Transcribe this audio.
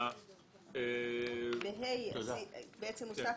בסעיף (ה) הוספתם,